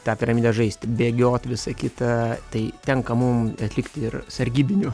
tą piramidę žaisti bėgiot visa kita tai tenka mum atlikt ir sargybinių